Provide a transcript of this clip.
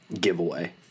giveaway